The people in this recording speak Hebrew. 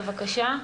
בבקשה.